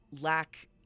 lack